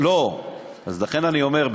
אז לכן אני אומר,